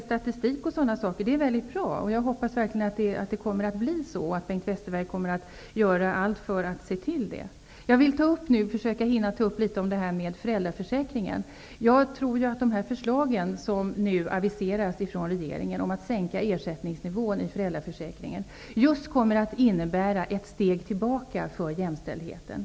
Statistik m.m. är bra, och jag hoppas verkligen att Bengt Westerberg gör allt för att se till att sådan tas fram. Jag vill ta upp frågan om föräldraförsäkringen. Jag tror att de förslag som nu aviseras från regeringen om att sänka ersättningsnivån i föräldraförsäkringen kommer att innebära ett steg tillbaka för jämställdheten.